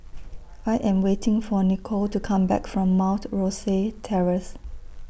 I Am waiting For Nichol to Come Back from Mount Rosie Terrace